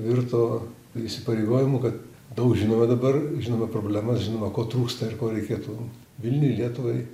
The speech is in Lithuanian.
virto įsipareigojimu kad daug žinome dabar žinome problemas žinome ko trūksta ir ko reikėtų vilniui lietuvai